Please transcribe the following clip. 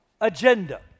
agenda